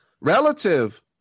relative